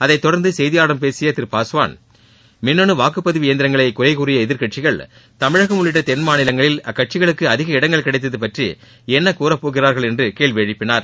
அதைத் தொடர்ந்து செய்தியாளர்களிடம் பேசிய திரு பாஸ்வான் மின்னனு வாக்குப்பதிவு இயந்திரங்களை குறைகூறிய எதிர்க்கட்சிகள் தமிழகம் உள்ளிட்ட தென்மாநிலங்களில் அக்கட்சிகளுக்கு அதிக இடங்கள் கிடைத்தது பற்றி என்ன கூறப்போகிறார்கள் என்று கேள்வி எழுப்பினார்